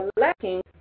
lacking